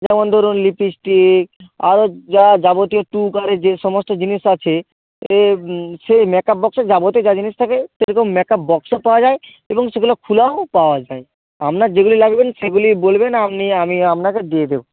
যেমন ধরুন লিপস্টিক আরও যা যাবতীয় কারের যে সমস্ত জিনিস আছে এ সেই মেকআপ বক্সের যাবতীয় যা জিনিস থাকে সেরকম মেকআপ বক্সে পাওয়া যায় এবং সেগুলা খোলাও পাওয়া যায় আপনার যেগুলি লাগবেন সেগুলি বলবেন আপনি আমি আপনাকে দিয়ে দেব